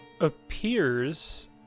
appears